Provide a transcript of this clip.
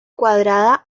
cuadrada